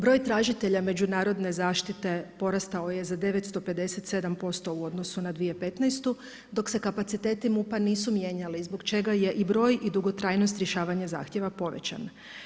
Broj tražitelja međunarodne zaštite, porastao je za 957% u odnosu na 2015. dok se kapaciteti MUP-a nisu mijenjali, zbog čega je i broj i dugotrajnost zahtjeva povećan.